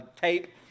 tape